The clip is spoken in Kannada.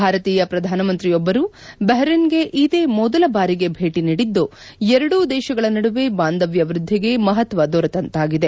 ಭಾರತೀಯ ಪ್ರಧಾನಮಂತ್ರಿಯೊಬ್ಬರು ಬಹರೇನ್ಗೆ ಇದೇ ಮೊದಲ ಬಾರಿಗೆ ಭೇಟಿ ನೀಡಿದ್ದು ಎರಡೂ ದೇಶಗಳ ನಡುವೆ ಬಾಂಧವ್ಯ ವ್ಯದ್ದಿಗೆ ಮಹತ್ವ ದೊರೆತಂತಾಗಿದೆ